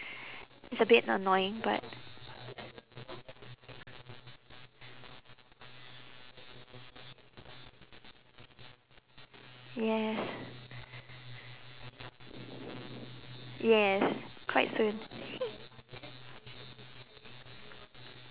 it's a bit annoying but yes yes quite soon